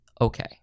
okay